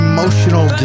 Emotional